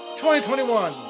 2021